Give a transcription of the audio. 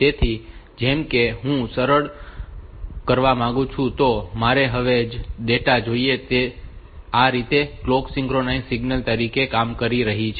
તેથી જેમ કે જો હું સરળ કરવા માંગુ તો મારે હવે તે જ ડેટા જોઈએ છે તેથી તે રીતે આ કલોક સિંક્રનાઇઝેશન સિગ્નલ તરીકે કામ કરી રહી છે